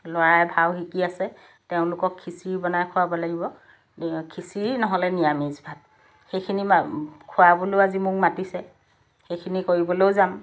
ল'ৰাই ভাও শিকি আছে তেওঁলোকক খিচিৰি বনাই খুৱাব লাগিব খিচিৰি নহ'লে নিৰামিষ ভাত সেইখিনি খুৱাবলৈও আজি মোক মাতিছে সেইখিনি কৰিবলৈও যাম